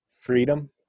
freedom